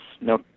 no